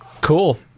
Cool